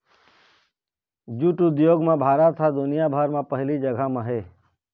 jute उद्योग म भारत ह दुनिया भर म पहिली जघा म हे